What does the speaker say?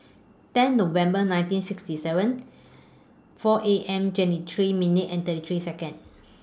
ten November nineteen sixty seven four A M twenty three minutes and thirty three Seconds